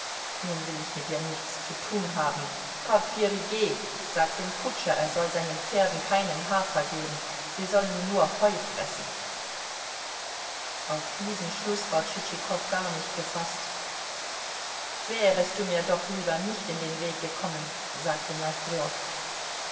nun will ich mit dir nichts zu tun haben porfirij geh sag dem kutscher er soll seinen pferden keinen hafer geben sie sollen nur heu fressen auf diesen schluß war tschitschikow gar nicht gefaßt wärest du mir doch lieber nicht in den weg gekommen sagte